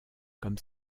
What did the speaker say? comme